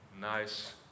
nice